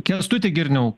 kęstuti girniau